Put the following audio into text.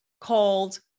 called